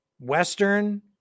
Western